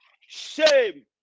shame